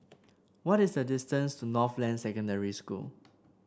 what is the distance to Northland Secondary School